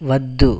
వద్దు